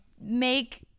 make